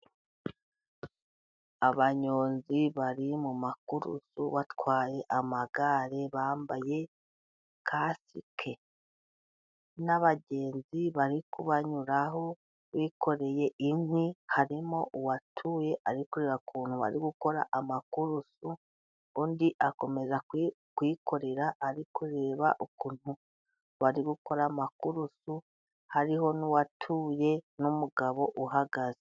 Abanyonzi bari mu makurusi batwaye amagare ,bambaye kasike n'abagenzi bari kubanyuraho bikoreye inkwi ,harimo uwatuye ari kureba ukuntu bari gukora amakurusi ,undi akomeza kuyikorera ari kureba ukuntu bari gukora amakurusi ,hariho n'uwatuye ,n'umugabo uhagaze.